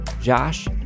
Josh